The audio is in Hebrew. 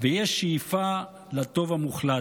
ויש שאיפה לטוב המוחלט.